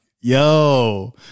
yo